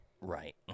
Right